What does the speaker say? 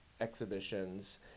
exhibitions